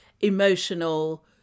emotional